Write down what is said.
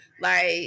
like-